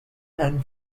and